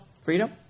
freedom